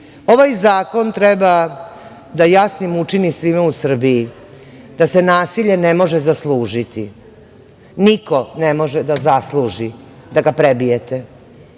Ovaj zakon treba da jasnim učini svima u Srbiji da se nasilje ne može zaslužiti. Niko ne može da zasluži da ga prebijete.